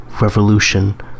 revolution